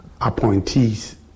appointees